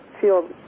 feel